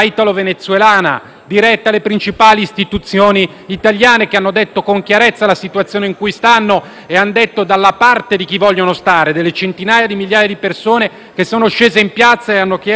diretta alle principali istituzioni italiane, con cui hanno descritto con chiarezza la loro situazione e hanno detto da che parte vogliono stare, cioè delle centinaia di migliaia di persone che sono scese in piazza e hanno chiesto libertà.